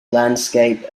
landscape